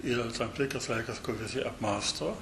yra tam tikras laikas kur visi apmąsto